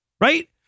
right